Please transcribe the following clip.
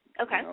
Okay